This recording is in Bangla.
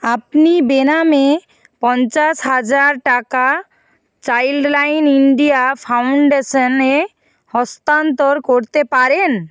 আপনি বেনামে পঞ্চাশ হাজার টাকা চাইল্ড লাইন ইন্ডিয়া ফাউন্ডেশনে হস্তান্তর করতে পারেন